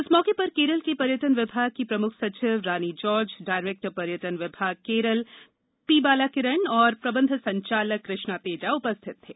इस मौके पर केरल के पर्यटन विभाग की प्रमुख सचिव श्रीमती रानी जार्ज डायरेक्टर पर्यटन विभाग केरल श्री पी बाला किरन तथा प्रबंध संचालक श्री कृष्णा तेजा उपस्थित थे